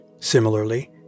Similarly